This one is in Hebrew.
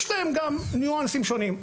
יש להם גם ניואנסים שונים,